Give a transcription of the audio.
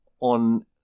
on